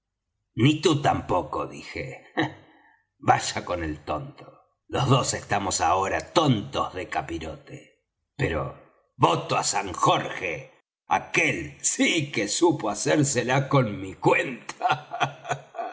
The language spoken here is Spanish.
tú tampoco dije vaya con el tonto los dos estamos ahora tontos de capirote pero voto á san jorge aquel sí que supo hacerla con mi cuenta